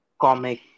comic